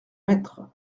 maîtres